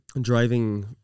Driving